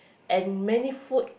and many food